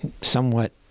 somewhat